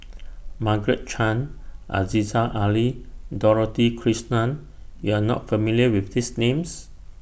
Margaret Chan Aziza Ali Dorothy Krishnan YOU Are not familiar with These Names